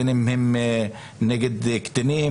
בין אם הם נגד קטנים,